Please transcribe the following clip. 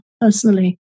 personally